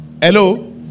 Hello